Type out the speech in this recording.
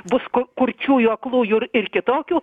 bus ku kurčiųjų aklųjų ir ir kitokių